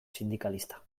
sindikalista